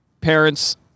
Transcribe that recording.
parents